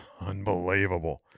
unbelievable